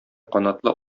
канатлы